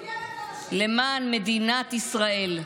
למען מדינת ישראל.